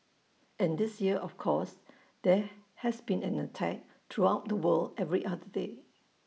and this year of course there has been an attack throughout the world every other day